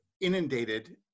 inundated